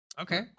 Okay